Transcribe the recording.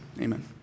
Amen